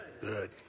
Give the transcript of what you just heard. good